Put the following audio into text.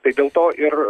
tai dėl to ir